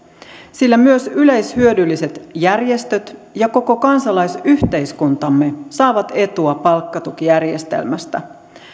sillä myös yleishyödylliset järjestöt ja koko kansalaisyhteiskuntamme saavat etua palkkatukijärjestelmästä